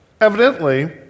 Evidently